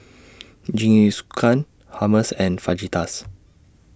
Jingisukan Hummus and Fajitas